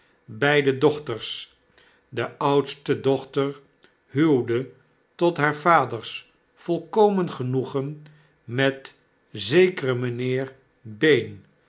beiden dochters de oudste dochter huwde tot haar vaders volkomen genoefen met zekeren mgnheer